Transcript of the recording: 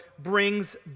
brings